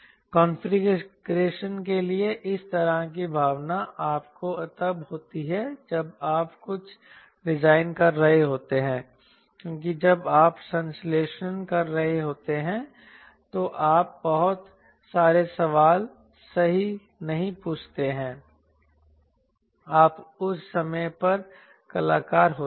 configuration के लिए इस तरह की भावना आपको तब होती है जब आप कुछ डिज़ाइन कर रहे होते हैं क्योंकि जब आप संश्लेषण कर रहे होते हैं तो आप बहुत सारे सवाल सही नहीं पूछते हैं आप उस समय एक कलाकार होते हैं